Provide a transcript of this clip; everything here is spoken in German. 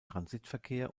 transitverkehr